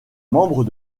membre